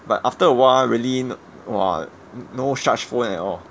but after a while really no !wah! no no such phone at all